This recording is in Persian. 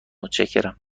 متشکرم